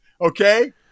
Okay